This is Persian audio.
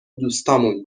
دوستامون